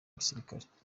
gisirikare